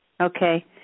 Okay